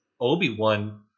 Obi-Wan